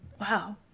Wow